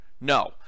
No